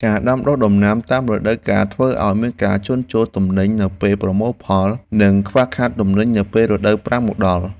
ការដាំដុះដំណាំតាមរដូវកាលធ្វើឱ្យមានការជន់ជោរទំនិញនៅពេលប្រមូលផល និងខ្វះខាតទំនិញនៅពេលរដូវប្រាំងមកដល់។